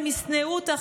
הם ישנאו אותך,